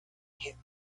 hit